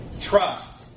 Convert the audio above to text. Trust